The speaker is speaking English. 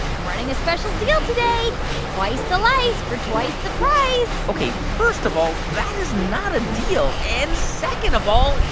i'm running a special deal today twice the lice for twice the price ok, first of all, that is not a deal. and second of all,